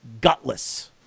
gutless